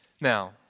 Now